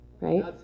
right